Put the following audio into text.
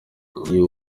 uyu